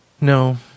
No